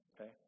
okay